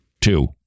Two